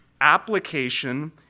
application